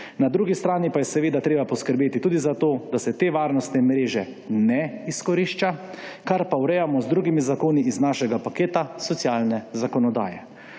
Na drugi strani pa je seveda treba poskrbeti tudi za to, da se te varnostne mreže ne izkorišča, kar pa urejamo z drugimi zakoni iz našega paketa socialne zakonodaje.